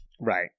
Right